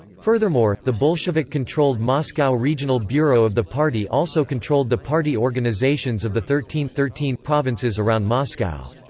furthermore, the bolshevik-controlled moscow regional bureau of the party also controlled the party organizations of the thirteen thirteen provinces around moscow.